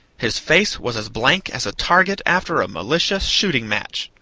his face was as blank as a target after a militia shooting-match.